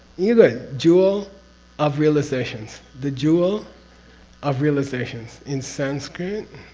yeah good, jewel of realizations, the jewel of realizations. in sanskrit?